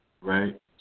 right